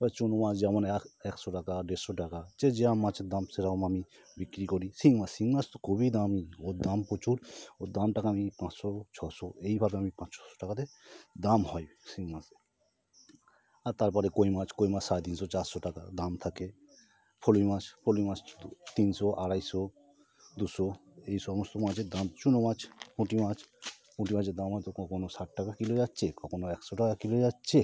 আর চুনো মাছ যেমন এক একশো টাকা দেড়শো টাকা যে যা মাছের দাম সেরকম আমি বিক্রি করি কিনি শিঙি মাছ শিঙি মাছ তো খুবই দামি ওর দাম প্রচুর ওর দামটা আমি পাঁচশো ছশো এইবার যেমন পাঁচ ছশো টাকা দিয়ে দাম হয় শিঙ্গি মাছের আর তারপরে কই মাছ কই মাছ সাড়ে তিনশো চারশো টাকা দাম থাকে ফলুই মাছ ফলুই মাছ শুধু তিনশো আড়াইশো দুশো এই সমস্ত মাছের দাম চুনো মাছ পুঁটি মাছ পুঁটি মাছের দাম হয়তো কখনো ষাট টাকা কিলো যাচ্ছে কখনো একশো টাকা কিলো যাচ্ছে